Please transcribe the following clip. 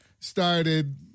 started